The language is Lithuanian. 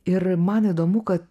ir man įdomu kad